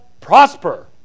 prosper